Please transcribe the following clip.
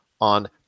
on